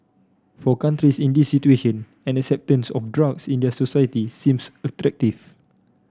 for countries in these situation an acceptance of drugs in their societies seems attractive